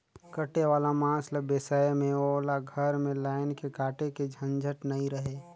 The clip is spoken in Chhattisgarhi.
कटे वाला मांस ल बेसाए में ओला घर में लायन के काटे के झंझट नइ रहें